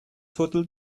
total